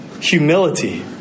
humility